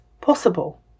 possible